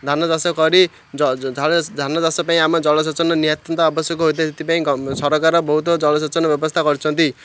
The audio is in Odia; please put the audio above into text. ଧାନ ଚାଷ କରି ଧାନ ଚାଷ ପାଇଁ ଆମ ଜଳସେଚନ ନିହାତିନ୍ତ ଆବଶ୍ୟକ ହୋଇଥାଏ ସେଥିପାଇଁ ସରକାର ବହୁତ ଜଳସେଚନ ବ୍ୟବସ୍ଥା କରିଛନ୍ତି